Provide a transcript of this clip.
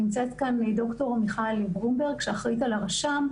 נמצאת כאן ד"ר מיכל ברומברג שאחראית על הרשם.